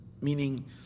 Meaning